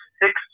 six